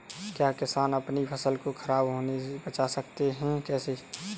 क्या किसान अपनी फसल को खराब होने बचा सकते हैं कैसे?